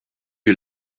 you